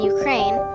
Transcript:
Ukraine